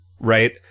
Right